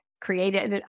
created